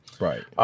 right